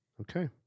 Okay